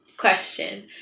question